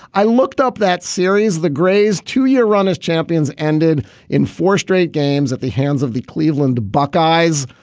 i looked up that series the grays two year run as champions ended in four straight games at the hands of the cleveland buckeyes.